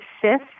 fifth